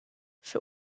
für